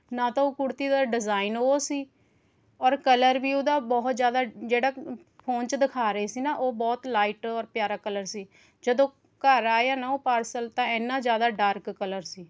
ਨਾ ਤਾਂ ਉਹ ਕੁੜਤੀ ਦਾ ਡਿਜ਼ਾਈਨ ਉਹ ਸੀ ਔਰ ਕਲਰ ਵੀ ਉਹਦਾ ਬਹੁਤ ਜ਼ਿਆਦਾ ਜਿਹੜਾ ਫ਼ੋਨ 'ਚ ਦਿਖਾ ਰਹੇ ਸੀ ਨਾ ਉਹ ਬਹੁਤ ਲਾਈਟ ਔਰ ਪਿਆਰਾ ਕਲਰ ਸੀ ਜਦੋਂ ਘਰ ਆਇਆ ਨਾ ਉਹ ਪਾਰਸਲ ਤਾਂ ਇੰਨਾ ਜ਼ਿਆਦਾ ਡਾਰਕ ਕਲਰ ਸੀ